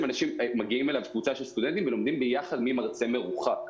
מגיעים אליו קבוצה של סטודנטים ולומדים יחד ממרצה מרוחק.